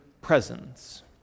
presence